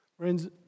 Friends